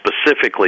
specifically